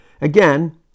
again